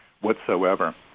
whatsoever—